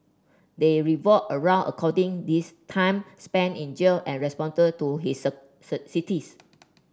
they revolve around according this time spent in jail and responded to his sir sir cities